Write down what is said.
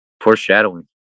foreshadowing